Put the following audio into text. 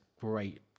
great